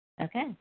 Okay